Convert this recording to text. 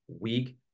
week